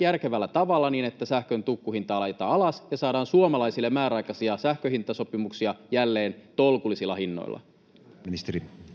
järkevällä tavalla niin, että sähkön tukkuhintaa laitetaan alas ja saadaan suomalaisille määräaikaisia sähkönhintasopimuksia jälleen tolkullisilla hinnoilla? [Speech